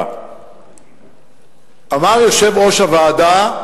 אמר יושב-ראש הוועדה: